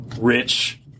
rich